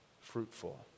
fruitful